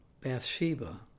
Bathsheba